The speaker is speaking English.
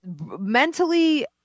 mentally